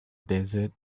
desert